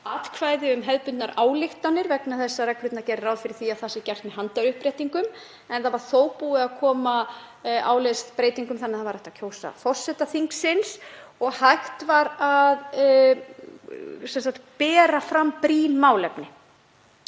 atkvæði um hefðbundnar ályktanir vegna þess að reglurnar gera ráð fyrir því að það sé gert með handauppréttingu en þó var búið að koma breytingum áleiðis þannig að hægt var að kjósa forseta þingsins og hægt var að bera fram brýn málefni.